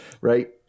Right